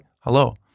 hello